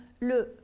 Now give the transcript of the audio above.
le